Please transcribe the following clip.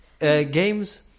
Games